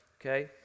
Okay